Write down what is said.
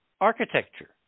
architecture